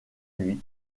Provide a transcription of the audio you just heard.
lui